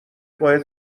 باید